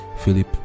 Philip